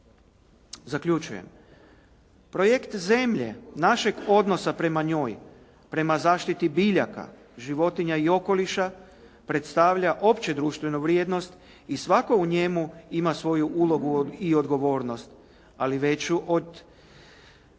Zaključujem, projekt zemlje našeg odnosa prema njoj, prema zaštiti biljaka, životinja i okoliša, predstavlja opće društvenu vrijednost i svako u njemu ima svoju ulogu i odgovornost, ali veću od